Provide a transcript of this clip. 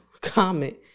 comment